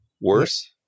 worse